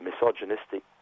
misogynistic